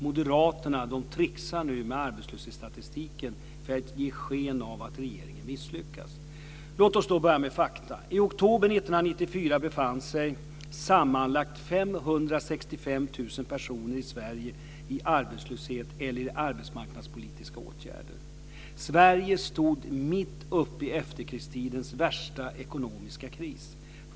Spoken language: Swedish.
Moderaterna tricksar nu med arbetslöshetsstatistiken för att ge sken av att regeringen misslyckats. Låt oss då börja med fakta. I oktober 1994 befann sig sammanlagt 565 000 personer i Sverige i arbetslöshet eller i arbetsmarknadspolitiska åtgärder. Sverige stod mitt uppe i efterkrigstidens värsta ekonomiska kris.